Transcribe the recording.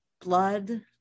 blood